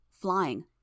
flying